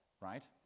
right